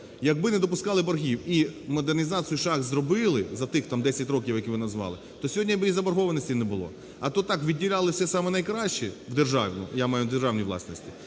Якби не допускали боргів і модернізацію шахт зробили за тих 10 років, які ви назвали, то сьогодні б і заборгованості не було. А то так: відділяли все саме найкраще державне, я